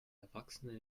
erwachsene